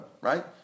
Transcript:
right